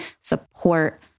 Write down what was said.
support